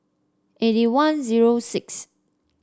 eighty one zero sixth